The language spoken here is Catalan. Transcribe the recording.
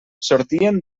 sortien